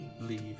leave